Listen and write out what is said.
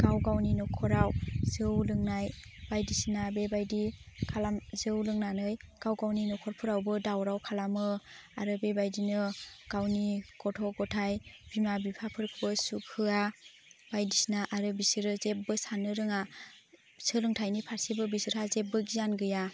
गाव गावनि न'खराव जौ लोंनाय बायदिसिना बेबायदि खालामो जौ लोंनानै गाव गावनि न'खरफोरावबो दावराव खालामो आरो बेबायदिनो गावनि गथ' गथाय बिमा बिफाफोरखौबो सुग होआ बायदिसिना आरो बिसोरो जेबबो साननो रोङा सोलोंथाइनि फारसेबो बिसोरहा जेबो गियान गैया